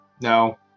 No